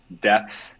depth